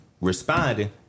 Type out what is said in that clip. responding